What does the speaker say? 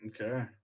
okay